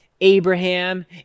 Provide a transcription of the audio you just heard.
Abraham